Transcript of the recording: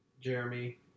Jeremy